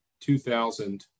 2000